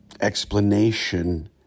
explanation